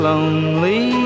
Lonely